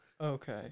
Okay